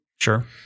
sure